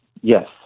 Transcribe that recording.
Yes